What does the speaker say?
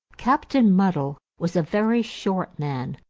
captain muddell was a very short man,